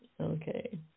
Okay